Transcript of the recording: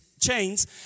chains